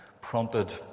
prompted